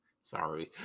Sorry